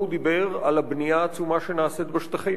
הוא דיבר על הבנייה העצומה שנעשית בשטחים.